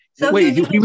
Wait